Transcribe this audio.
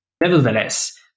Nevertheless